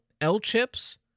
L-chips